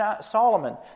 Solomon